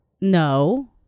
No